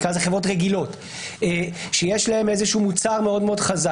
נקרא לזה חברות רגילות שיש להן איזשהו מוצר מאוד חזק.